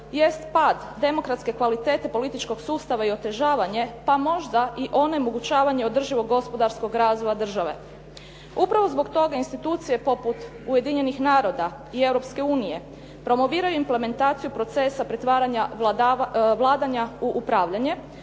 jest pad demokratske kvalitete političkog sustava i otežavanje, pa možda i onemogućavanje održivog gospodarskog razvoja države. Upravo zbog toga institucije poput Ujedinjenih naroda i Europske unije promoviraju implementaciju procesa pretvaranja vladanja u upravljanje,